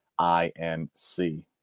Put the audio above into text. INC